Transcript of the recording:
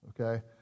okay